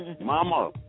Mama